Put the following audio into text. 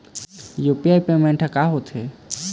UPI payment हर का होते?